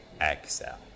exhale